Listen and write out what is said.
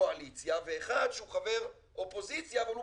קואליציה ו-1 שהוא חבר אופוזיציה אבל הוא